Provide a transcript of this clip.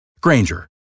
Granger